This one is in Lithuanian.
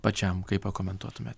pačiam kaip pakomentuotumėt